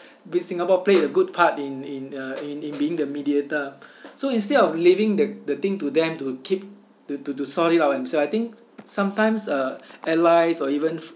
means singapore played a good part in in uh in in being the mediator so instead of leaving the the thing to them to keep to to to sort it out themselves I think sometimes uh allies or even